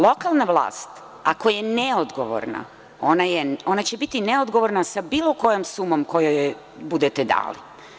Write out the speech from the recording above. Lokalna vlast, ako je neodgovorna, ona će biti neodgovorna sa bilo kojom sumom koju joj budete dali.